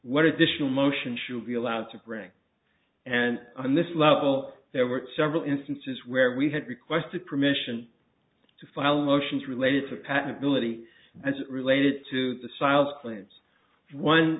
what additional motion should be allowed to bring and on this level there were several instances where we had requested permission to file motions related to patentability as related to the